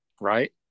Right